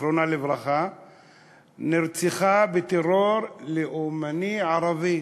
זיכרונה לברכה, נרצחה בטרור לאומני-ערבי.